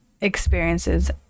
experiences